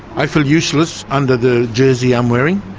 i feel useless under the jersey i'm wearing.